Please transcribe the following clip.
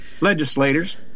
legislators